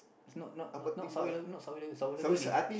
it's not not not not Sunway-Lagoon Sunway-Lagoon is